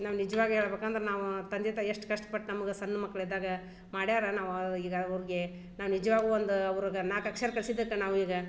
ನಾವು ನಿಜ್ವಾಗ ಹೇಳ್ಬೇಕಂದ್ರ್ ನಾವು ತಂದೆ ತಾಯಿ ಎಷ್ಟು ಕಷ್ಟ ಪಟ್ಟು ನಮ್ಗೆ ಸಣ್ಣ ಮಕ್ಳು ಇದ್ದಾಗ ಮಾಡ್ಯಾರ ನಾವಾ ಈಗ ಅವ್ರ್ಗೆ ನಾವು ನಿಜ್ವಾಗ ಒಂದು ಅವ್ರ್ಗ ನಾಲ್ಕು ಅಕ್ಷರ ಕಲ್ಸಿದಕ್ಕೆ ನಾವು ಈಗ